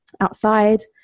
outside